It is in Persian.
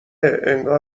انگار